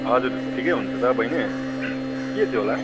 हजुर ठिकै हुनुहुन्छ त बहिनी के थियो होला